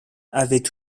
avaient